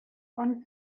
und